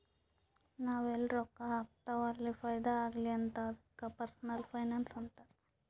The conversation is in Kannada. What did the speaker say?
ನಾವ್ ಎಲ್ಲಿ ರೊಕ್ಕಾ ಹಾಕ್ತಿವ್ ಅಲ್ಲ ಫೈದಾ ಆಗ್ಲಿ ಅಂತ್ ಅದ್ದುಕ ಪರ್ಸನಲ್ ಫೈನಾನ್ಸ್ ಅಂತಾರ್